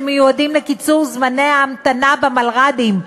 שמיועדים לקיצור זמני המתנה במלר"דים,